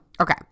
okay